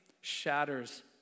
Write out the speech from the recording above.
shatters